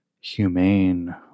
humane